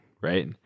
right